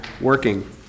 working